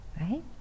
Right